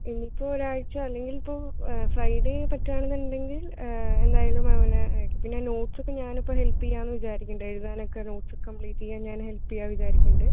ഇനിയിപ്പോൾ ഒരാഴ്ച അല്ലെങ്കിലിപ്പോൾ ഫ്രൈഡേ പറ്റുവാണെന്നുണ്ടെങ്കിൽ എന്തായാലും അവനെ അയയ്ക്കാം പിന്നെ നോട്സ് ഒക്കെ ഞാനിപ്പോൾ ഹെൽപ് ചെയ്യാം എന്ന് വിചാരിക്കുന്നുണ്ട് എഴുതാനൊക്കെ നോട്സ് ഒക്കെ കമ്പ്ലീറ്റ് ചെയ്യാൻ ഞാൻ ഹെൽപ് ചെയ്യാം വിചാരിക്കുന്നുണ്ട്